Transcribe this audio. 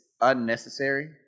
unnecessary